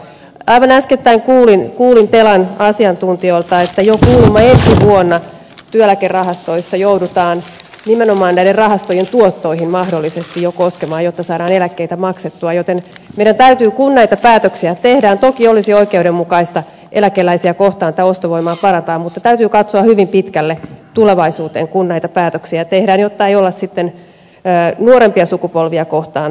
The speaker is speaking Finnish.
aivan äskettäin kuulin telan asiantuntijoilta että kuulemma jo ensi vuonna työeläkerahastoissa joudutaan nimenomaan näiden rahastojen tuottoihin mahdollisesti jo koskemaan jotta saadaan eläkkeitä maksettua joten meidän täytyy kun näitä päätöksiä tehdään toki olisi oikeudenmukaista eläkeläisiä kohtaan tätä ostovoimaa parantaa katsoa hyvin pitkälle tulevaisuuteen jotta ei olla sitten nuorempia sukupolvia kohtaan epäoikeudenmukaisia